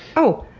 oh,